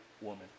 woman